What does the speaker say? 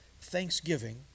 thanksgiving